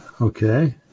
Okay